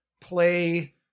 play